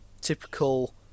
typical